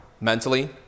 mentally